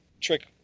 Trick